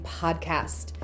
podcast